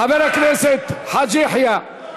חבר הכנסת חאג' יחיא.